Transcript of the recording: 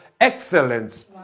excellence